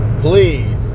please